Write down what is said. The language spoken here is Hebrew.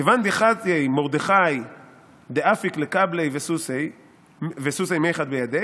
"כיון דחזייה מרדכי דאפיק לקבליה וסוסיה מיחד בידיה